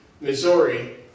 Missouri